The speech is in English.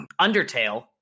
Undertale